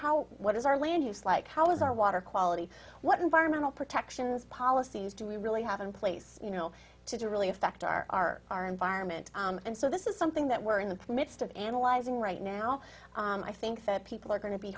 how what is our land use like how does our water quality what environmental protection policies do we really haven't place you know to to really affect our our environment and so this is something that we're in the midst of analyzing right now i think that people are go